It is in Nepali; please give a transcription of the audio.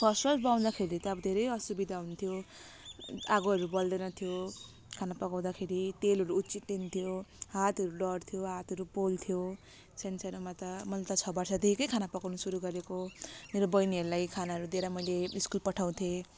फर्स्ट फर्स्ट बनाउँदाखेरि त अब धेरै असुविधा हुन्थ्यो आगोहरू बल्दैन थियो खाना पकाउँदाखेरि तेलहरू उछिटिन्थ्यो हातहरू डढ्थ्यो हातहरू पोल्थ्यो सान्सानोमा त मैले त छ वर्षदेखिकै खाना पकाउनु सुरु गरेको हो मेरो बहिनीहरूलाई खानाहरू दिएर मैले स्कुल पठाउँथे